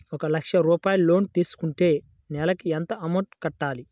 ఒక లక్ష రూపాయిలు లోన్ తీసుకుంటే నెలకి ఎంత అమౌంట్ కట్టాలి?